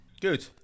Good